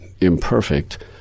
imperfect